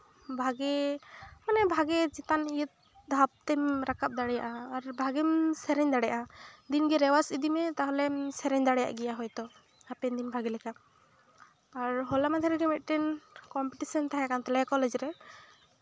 ᱵᱷᱟᱜᱮ ᱢᱟᱱᱮ ᱵᱷᱟᱜᱮ ᱪᱮᱛᱟᱱ ᱤᱭᱟᱹ ᱫᱷᱟᱯ ᱛᱮᱢ ᱨᱟᱠᱟᱵᱽ ᱫᱟᱲᱮᱭᱟᱜᱼᱟ ᱟᱨ ᱵᱷᱟᱜᱮᱢ ᱥᱮᱨᱮᱧ ᱫᱟᱲᱮᱭᱟᱜᱼᱟ ᱫᱤᱱᱜᱮ ᱨᱮᱣᱟᱡᱽ ᱤᱫᱤᱢᱮ ᱛᱟᱦᱚᱞᱮᱢ ᱥᱮᱨᱮᱧ ᱫᱟᱲᱮᱭᱟᱜ ᱜᱮᱭᱟ ᱦᱚᱭᱛᱳ ᱦᱟᱯᱮᱱ ᱫᱤᱱ ᱵᱷᱟᱜᱮ ᱞᱮᱠᱟ ᱦᱚᱞᱟ ᱢᱟᱦᱫᱮᱨ ᱢᱤᱫᱴᱮᱱ ᱠᱚᱢᱯᱤᱴᱤᱥᱮᱱ ᱛᱟᱦᱮᱸ ᱠᱟᱱ ᱛᱟᱞᱮᱭᱟ ᱠᱚᱞᱮᱡᱽ ᱨᱮ